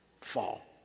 fall